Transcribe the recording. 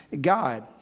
god